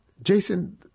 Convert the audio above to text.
Jason